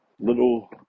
little